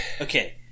Okay